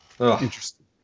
interesting